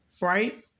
right